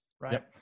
right